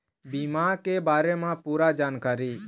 बीमा के बारे म पूरा जानकारी?